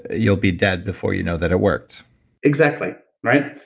ah you'll be dead before you know that it worked exactly, right?